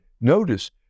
notice